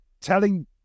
telling